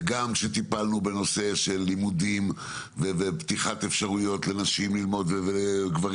וגם כשטיפלנו בנושא של לימודים ופתיחת אפשרויות לנשים ללמוד ולגברים,